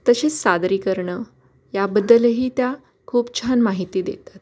तसेच सादरीकरणं याबद्दलही त्या खूप छान माहिती देतात